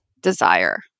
desire